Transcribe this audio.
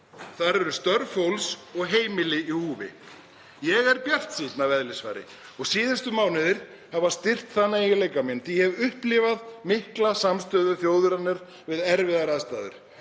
Þar eru störf fólks og heimili í húfi. Ég er bjartsýnn að eðlisfari og síðustu mánuðir hafa styrkt þann eiginleika minn því að ég hef upplifað mikla samstöðu þjóðarinnar við erfiðar aðstæður.